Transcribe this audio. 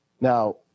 Now